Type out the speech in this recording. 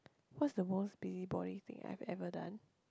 what's the most busybody thing I've ever done